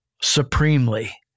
supremely